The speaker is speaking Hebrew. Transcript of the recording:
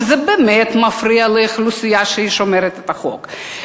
וזה באמת מפריע לאוכלוסייה ששומרת על החוק.